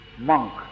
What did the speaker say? Monk